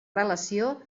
relació